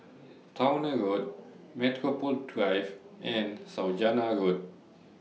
Towner Road Metropole Drive and Saujana Road